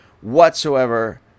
whatsoever